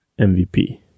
MVP